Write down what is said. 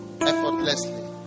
effortlessly